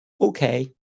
okay